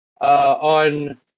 on